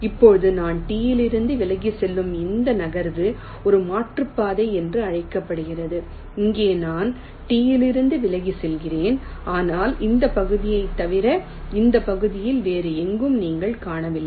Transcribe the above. இப்போது நான் T யிலிருந்து விலகிச் செல்லும் இந்த நகர்வு ஒரு மாற்றுப்பாதை என்று அழைக்கப்படுகிறது இங்கே நான் T யிலிருந்து விலகிச் செல்கிறேன் ஆனால் இந்த பகுதியைத் தவிர இந்த பாதையில் வேறு எங்கும் நீங்கள் காணவில்லை